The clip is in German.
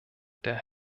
der